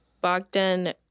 Bogdan